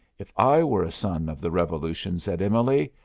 if i were a son of the revolution, said emily,